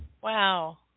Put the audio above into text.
Wow